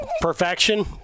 perfection